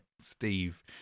Steve